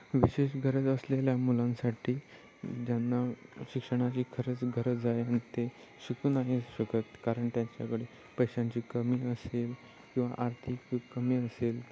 विशेष गरज असलेल्या मुलांसाठी ज्यांना शिक्षणाची खरंच गरज आहे आणि ते शिकू नाही शकत कारण त्यांच्याकडे पैशांची कमी असेल किंवा आर्थिक कमी असेल